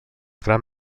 gran